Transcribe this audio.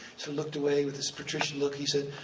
so looked away with this patrician look, he said,